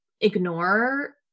ignore